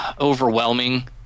overwhelming